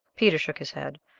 peter shook his head.